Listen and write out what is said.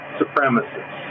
supremacists